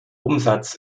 umsatz